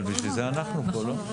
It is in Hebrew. אבל לשם כך אנחנו כאן.